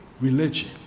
Religion